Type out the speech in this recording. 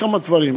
כמה דברים.